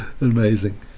Amazing